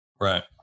Right